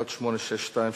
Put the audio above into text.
מס' 1862,